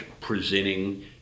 presenting